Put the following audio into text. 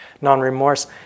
Non-remorse